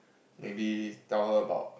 maybe tell her about